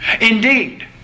Indeed